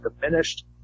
diminished